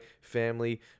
family